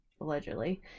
allegedly